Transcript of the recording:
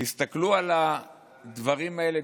תסתכלו על הדברים האלה,